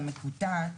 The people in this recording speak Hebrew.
המקוטעת,